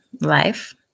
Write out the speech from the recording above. life